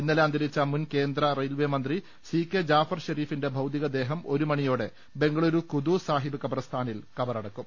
ഇന്നല അന്ത രിച്ച മുൻകേന്ദ്ര റെയിൽവെ മന്ത്രി സി കെ ജാഫർ ഷെരീ ഫിന്റെ ഭൌതികദേഹം ഒരു മണിയോടെ ബെങ്കളൂരു ഖുദ്ദൂസ് സാഹിബ് ഖബർസ്ഥാനിൽ കബറടക്കും